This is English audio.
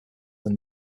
than